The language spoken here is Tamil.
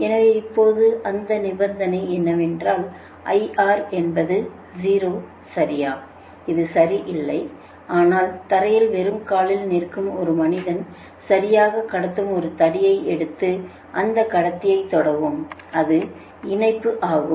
எனவே இப்போது இந்த நிபந்தனை என்னவென்றால் IR என்பது 0 சரியா இது சரி இல்லை ஆனால் தரையில் வெறும் காலில் நிற்கும் ஒரு மனிதன் சரியாகக் கடத்தும் ஒரு தடியை எடுத்து அந்த கடத்தியை தொடவும் அது இணைப்பு ஆகும்